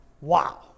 Wow